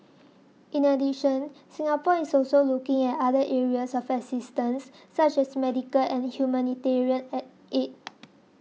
in addition Singapore is also looking at other areas of assistance such as medical and humanitarian aid